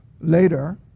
later